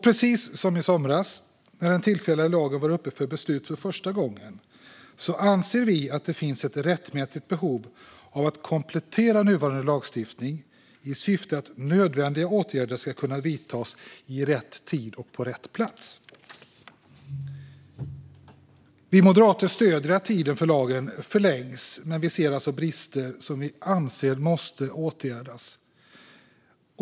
Precis som i somras, när den tillfälliga lagen var uppe för beslut för första gången, anser vi att det finns ett rättmätigt behov av att komplettera nuvarande lagstiftning i syfte att nödvändiga åtgärder ska kunna vidtas i rätt tid och på rätt plats. Vi moderater stöder att tiden för lagen förlängs, men vi ser brister som vi anser måste åtgärdas.